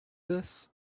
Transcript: this